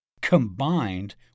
combined